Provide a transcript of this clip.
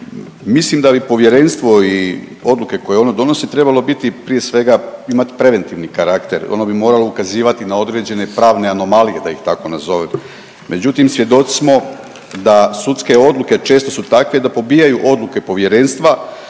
mislim da bi povjerenstvo i odluke koje ono donosi trebalo biti prije svega imat preventivni karakter, ono bi moralo ukazivati na određene pravne anomalije da ih tako nazovem, međutim svjedoci smo da sudske odluke često su takve da pobijaju odluke povjerenstva,